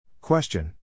Question